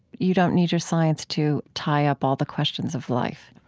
you don't need your science to tie up all the questions of life